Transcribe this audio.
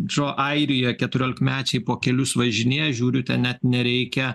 džo airija keturiolikmečiai po kelius važinėja žiūriu ten net nereikia